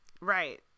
Right